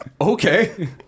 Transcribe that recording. Okay